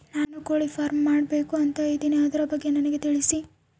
ನಾನು ಕೋಳಿ ಫಾರಂ ಮಾಡಬೇಕು ಅಂತ ಇದಿನಿ ಅದರ ಬಗ್ಗೆ ನನಗೆ ತಿಳಿಸಿ?